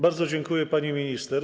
Bardzo dziękuję, pani minister.